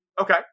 Okay